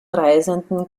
reisenden